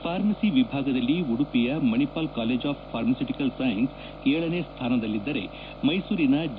pharmacy ವಿಭಾಗದಲ್ಲಿ ಉಡುಪಿಯ Manipal college of pharmaceutical science ಏಳನೇ ಸ್ಥಾನದಲ್ಲಿದ್ದರೆ ಮೈಸೂರಿನ ಜಿ